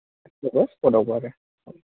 मोनो स्पटआवबो आरो